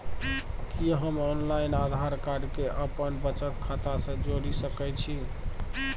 कि हम online Aadhaar card के अपन बचत खाता से जोरि सकै छी?